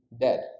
dead